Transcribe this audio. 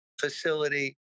facility